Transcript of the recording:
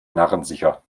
narrensicher